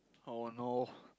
oh no